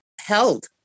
held